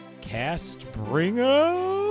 Castbringer